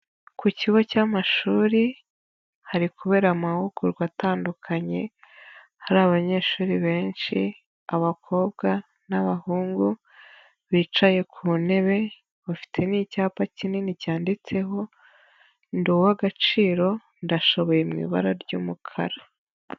Ku kigo cy'amashuri, hari kubera amahugurwa atandukanye, hari abanyeshuri benshi, abakobwa n'abahungu, bicaye ku ntebe, bafite n'icyapa kinini cyanditseho, ndi uw'agaciro, ndashoboye ibara ry'umukara.